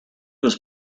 was